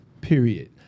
period